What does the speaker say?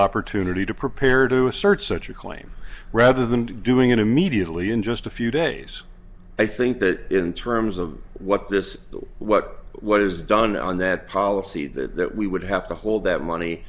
opportunity to prepare to assert such a claim rather than doing it immediately in just a few days i think that in terms of what this what what is done on that policy that we would have to hold that money